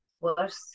Worse